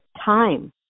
time